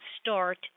start